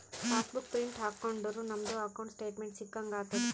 pass book print ಹಾಕೊಂಡುರ್ ನಮ್ದು ಅಕೌಂಟ್ದು ಸ್ಟೇಟ್ಮೆಂಟ್ ಸಿಕ್ಕಂಗ್ ಆತುದ್